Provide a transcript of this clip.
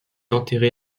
enterré